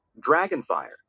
Dragonfire